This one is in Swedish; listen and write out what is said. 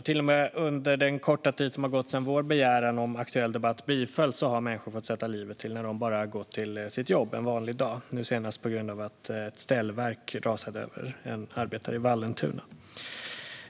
Till och med under den korta tid som har gått sedan vår begäran om aktuell debatt bifölls har människor fått sätta livet till när de bara gått till sitt jobb en vanlig dag, nu senast på grund av att ett ställverk rasade över en arbetare i Vallentuna.